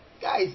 Guys